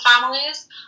families